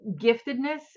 giftedness